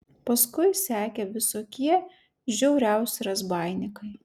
paskui sekė visokie žiauriausi razbaininkai